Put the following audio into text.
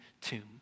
tomb